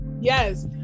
Yes